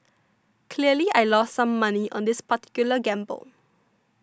clearly I lost some money on this particular gamble